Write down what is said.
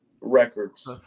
records